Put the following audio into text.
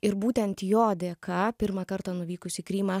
ir būtent jo dėka pirmą kartą nuvykus į krymą